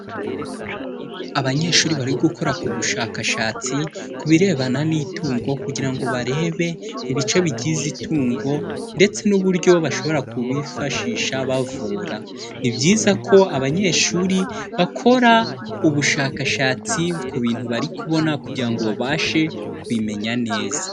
Abanyeshuri bari gukora ku bushakashatsi ku birebana n'itungo kugira ngo barebe ibice bigize itungo ndetse n'uburyo bashobora kubifashisha bavura, ni byiza ko abanyeshuri bakora ubushakashatsi ku bintu bari kubona kugira ngo babashe kubimenya neza.